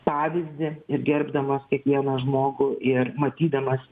pavyzdį ir gerbdamas kiekvieną žmogų ir matydamas